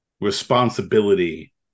responsibility